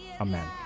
Amen